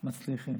מצליחים.